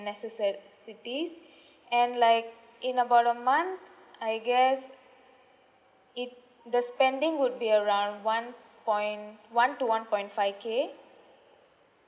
necessar sity and like in about a month I guess it the spending would be around one point one to one point five K